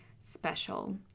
special